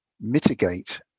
mitigate